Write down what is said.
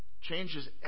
Changes